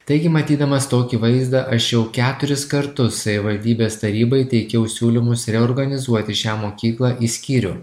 taigi matydamas tokį vaizdą aš jau keturis kartus savivaldybės tarybai teikiau siūlymus reorganizuoti šią mokyklą į skyrių